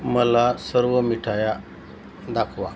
मला सर्व मिठाया दाखवा